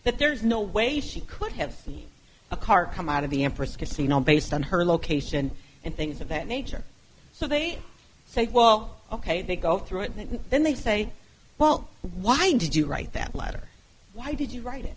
that there's no way she could have seen a car come out of the empress casino based on her location and things of that nature so they say well ok they go through it and then they say well why did you write that letter why did you write it